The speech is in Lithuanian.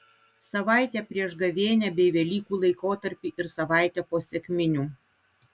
savaitę prieš gavėnią bei velykų laikotarpį ir savaitę po sekminių